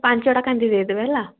ପାଞ୍ଚଟା କାନ୍ଦି ଦେଇଦେବେ ହେଲା